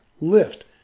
lift